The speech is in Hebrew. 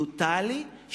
טוטלי,